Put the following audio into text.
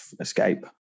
escape